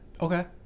Okay